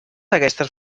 aquestes